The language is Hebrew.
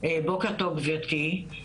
בוקר טוב גברתי,